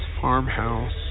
farmhouse